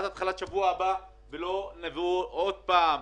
עד התחלת השבוע הבא ושלא נבוא עוד פעם,